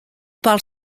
parle